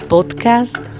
Podcast